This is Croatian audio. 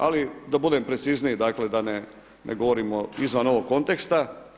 Ali da budem precizniji, dakle da ne govorimo izvan ovog konteksta.